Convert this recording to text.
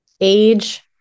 age